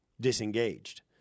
disengaged